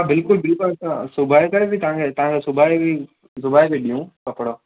हा बिल्कुलु बिल्कुलु असां सिबाइ करे बि तव्हांखे तव्हांजो सिबाराइ बि सिबाइ बि ॾियूं कपिड़ा